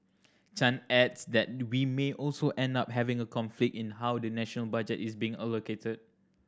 Chan adds that we may also end up having a conflict in how the national budget is being allocated